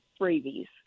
freebies